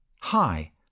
Hi